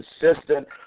consistent